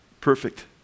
Perfect